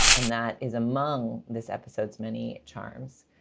and that is among this episode's many charms.